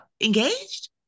engaged